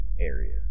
area